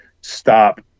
stop